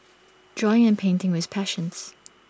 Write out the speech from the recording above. drawing and painting were his passions